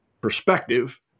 perspective